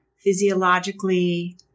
physiologically